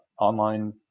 online